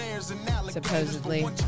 supposedly